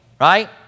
right